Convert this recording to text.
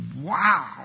wow